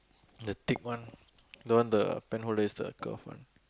the thick one the one the pen holder is the curve one